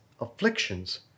afflictions